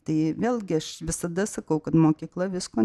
tai vėlgi aš visada sakau kad mokykla visko